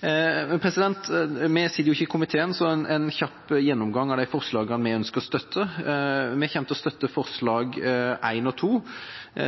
Vi sitter jo ikke i komiteen, så jeg tar en kjapp gjennomgang av de forslagene vi ønsker å støtte. Vi kommer til å støtte forslag 1 og 2.